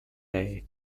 day